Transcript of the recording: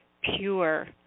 pure